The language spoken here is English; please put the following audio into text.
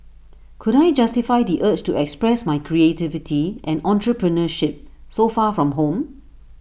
could I justify the urge to express my creativity and entrepreneurship so far from home